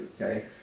okay